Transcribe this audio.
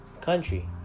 country